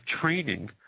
training